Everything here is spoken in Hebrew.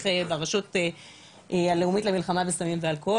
ברשות הלאומית למלחמה בסמים ואלכוהול.